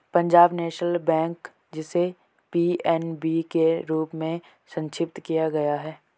Punjab National Bank, जिसे PNB के रूप में संक्षिप्त किया गया है